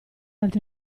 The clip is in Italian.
altri